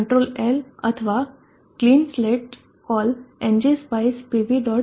ctrl L અથવા clean slate call ng spice pv